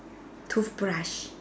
toothbrush